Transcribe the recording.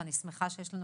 ואני שמחה שיש לנו